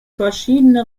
verschiedene